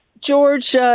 George